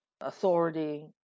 authority